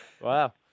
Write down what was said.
Wow